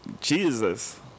Jesus